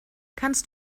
kannst